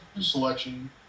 selection